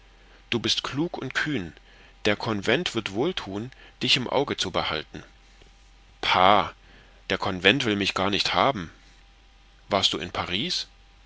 du bist klug und kühn der convent wird wohlthun dich im auge zu behalten pah der convent will mich gar nicht haben warst du in paris